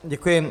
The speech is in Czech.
Děkuji.